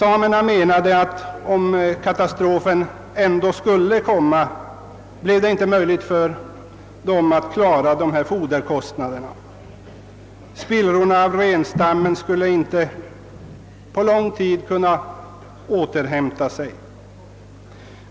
De menade att om katastrofen var oundviklig, så hade de ändå ingen möjlighet att klara foderkostnaderna. Renarna i de spillror som var kvar av stammarna skulle inte kunna återhämta sig på lång tid.